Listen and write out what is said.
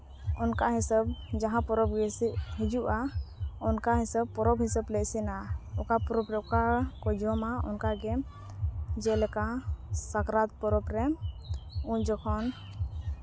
ᱚᱱᱠᱟ ᱦᱤᱥᱟᱹᱵ ᱡᱟᱦᱟᱸ ᱯᱚᱨᱚᱵᱽ ᱦᱤᱡᱩᱜᱼᱟ ᱚᱱᱠᱟ ᱦᱤᱥᱟᱹᱵ ᱯᱚᱨᱚᱵᱽ ᱦᱤᱥᱟᱹᱵᱽ ᱞᱮ ᱤᱥᱤᱱᱟ ᱚᱠᱟ ᱯᱚᱨᱚᱵᱽ ᱨᱮ ᱚᱠᱟᱠᱚ ᱡᱚᱢᱟ ᱚᱱᱠᱟᱜᱮ ᱡᱮᱞᱮᱠᱟ ᱥᱟᱠᱨᱟᱛ ᱯᱚᱨᱚᱵᱽ ᱨᱮ ᱩᱱ ᱡᱚᱠᱷᱚᱱ